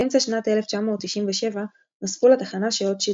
באמצע שנת 1997 נוספו לתחנה שעות שידור.